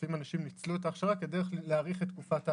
לפעמים אנשים ניצלו את ההכשרה כדרך להאריך את תקופת האבטלה.